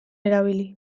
erabili